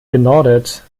genordet